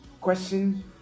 question